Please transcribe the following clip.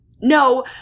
No